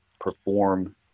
perform